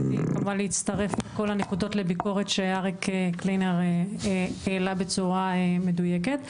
רציתי כמובן להצטרף לכל הנקודות לביקורת שאריק קלינר העלה בצורה מדויקת,